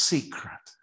Secret